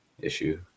issue